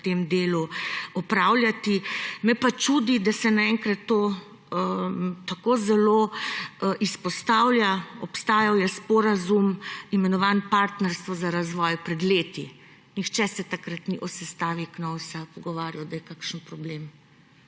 v tem delu opravljati. Me pa čudi, da se naenkrat to tako zelo izpostavlja. Obstajal je sporazum, imenovan Partnerstvo za razvoj, pred leti. Nihče se takrat ni o sestavi Knovsa pogovarjal, da je kakšen problem.